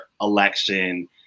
election